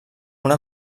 una